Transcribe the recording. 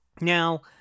Now